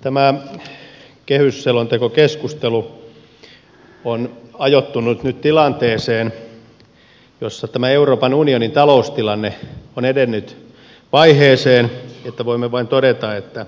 tämä kehysselontekokeskustelu on ajoittunut nyt tilanteeseen jossa tämä euroopan unio nin taloustilanne on edennyt vaiheeseen että voimme vain todeta että